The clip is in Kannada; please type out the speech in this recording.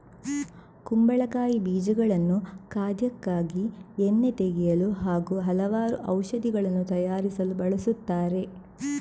ಕುಂಬಳಕಾಯಿ ಬೀಜಗಳನ್ನು ಖಾದ್ಯಕ್ಕಾಗಿ, ಎಣ್ಣೆ ತೆಗೆಯಲು ಹಾಗೂ ಹಲವಾರು ಔಷಧಿಗಳನ್ನು ತಯಾರಿಸಲು ಬಳಸುತ್ತಾರೆ